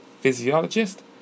Physiologist